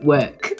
Work